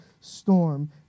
storm